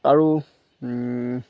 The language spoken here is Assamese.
আৰু